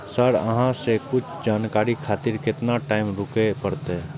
Sir अहाँ से कुछ जानकारी खातिर केतना टाईम रुके परतें?